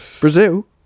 Brazil